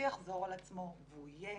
שיחזור על עצמו והוא יהיה.